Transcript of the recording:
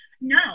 No